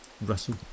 Russell